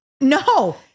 No